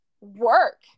work